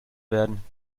werden